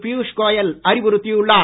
பியூஷ் கோயல் அறிவுறுத்தியுள்ளார்